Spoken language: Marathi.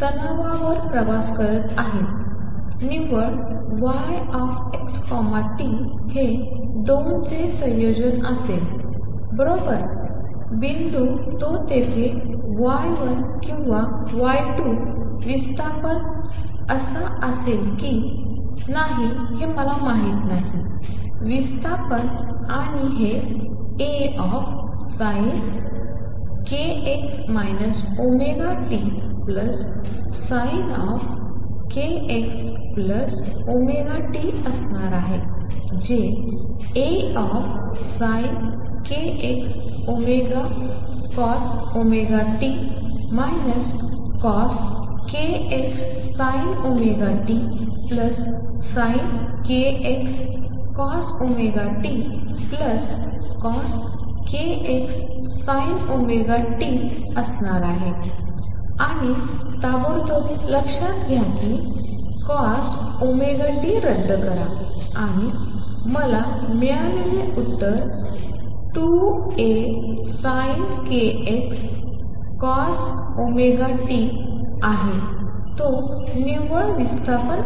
तणावावर प्रवास करत आहेत निव्वळ y x t हे 2 चे संयोजन असेल बरोबर बिंदू तो तेथे y1 किंवा y2 विस्थापन असावा की नाही हे माहित नाही विस्थापन आणि हे ASinkx ωtSinkxωt असणार आहे जे ASinkxCosωt CoskxSinωtSinkxCosωtCoskxSinωt आहे आणि ताबडतोब लक्षात घ्या की Cosωt रद्द करा आणि मला मिळणारे उत्तर 2ASinkxCosωt आहे ते निव्वळ विस्थापन आहे